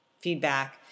feedback